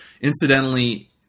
Incidentally